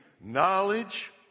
knowledge